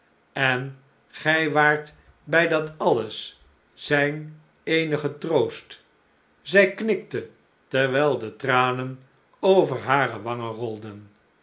en gij waart bij dat alles zijn eenige troost zij knikte terwijl de tranen over hare wangen rolden